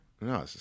No